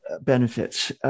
benefits